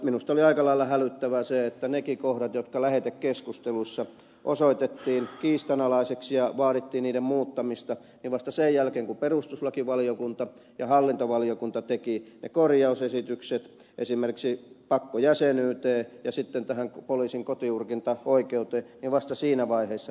minusta oli aika lailla hälyttävää se että kun eräät kohdat lähetekeskustelussa osoitettiin kiistanalaiseksi ja vaadittiin niiden muuttamista niin vasta sen jälkeen kun perustuslakivaliokunta ja hallintovaliokunta tekivät ne korjausesitykset esimerkiksi pakkojäsenyyteen ja sitten tähän poliisin kotiurkintaoikeuteen vasta siinä vaiheessa ne muuttuivat